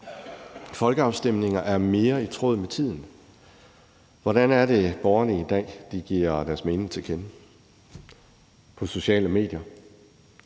folkeafstemninger er mere i tråd med tiden. Hvordan er det, borgerne i dag giver deres mening til kende? Det gør de på sociale medier.